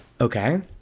Okay